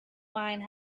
mine